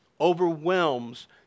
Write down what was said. overwhelms